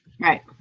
right